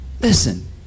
Listen